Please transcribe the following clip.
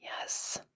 Yes